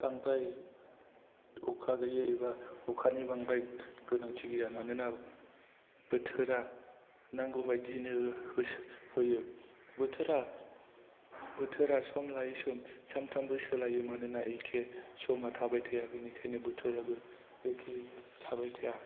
बांद्राय अखा गैयै एबा अखानि बांद्राय गोनांथि गैया मानोना बोथोरा नांगौ बायदिनो होयो बोथोरा सम लायै सम सानफ्रोमबो सोलायो मानोना एखे समा थाबाय थाया बेनिखायनो बोथोराबो एखे थाबाय थाया